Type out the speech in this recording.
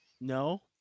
No